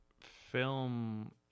film